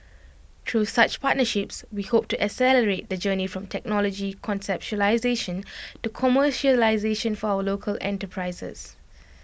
through such partnerships we hope to accelerate the journey from technology conceptualisation to commercialisation for our local enterprises